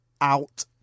out